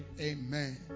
Amen